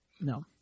no